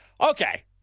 Okay